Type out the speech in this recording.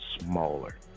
smaller